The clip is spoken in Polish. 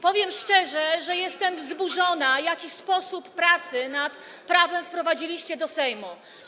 Powiem szczerze, że jestem wzburzona tym, jaki sposób pracy nad prawem wprowadziliście do Sejmu.